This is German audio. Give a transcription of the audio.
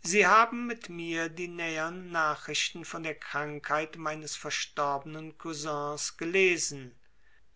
sie haben mit mir die nähern nachrichten von der krankheit meines verstorbenen cousins gelesen